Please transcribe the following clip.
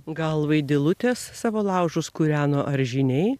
gal vaidilutės savo laužus kūreno ar žiniai